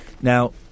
Now